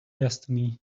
destiny